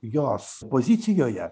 jos pozicijoje